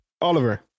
Oliver